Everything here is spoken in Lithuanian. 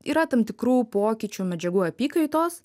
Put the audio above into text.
yra tam tikrų pokyčių medžiagų apykaitos